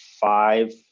five